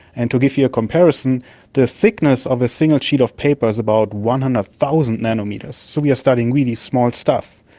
and to give you a comparison the thickness of a single sheet of paper is about one hundred thousand nanometres, so we are studying really small stuff.